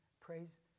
Praise